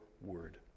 word